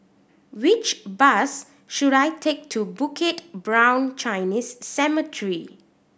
which bus should I take to Bukit Brown Chinese Cemetery